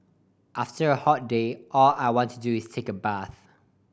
after a hot day all I want to do is take a bath